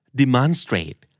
demonstrate